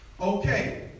Okay